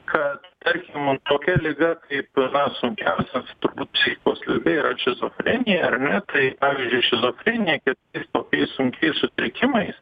kad tarkim tokia liga kaip na sunkiausias turbūt psichikos liga yra šizofrenija ar ne tai pavyzdžiui šizofreni ir tokiais sunkiais sutrikimais